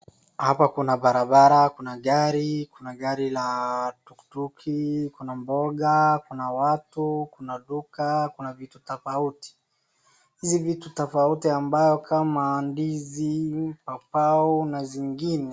Hapa kuna barabara, kuna gari, kuna gari la tukituki, kuna mboga, kuna watu, kuna duka, kuna vitu tofauti. Hizi vitu tofauti ambayo kama ndizi, papau na zingine.